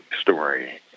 story